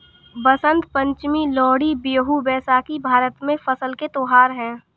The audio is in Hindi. बसंत पंचमी, लोहड़ी, बिहू, बैसाखी भारत में फसल के त्योहार हैं